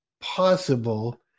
possible